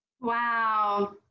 Wow